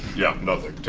yeah, nothing.